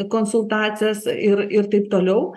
konsultacijas ir ir taip toliau